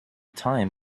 time